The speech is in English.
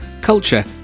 culture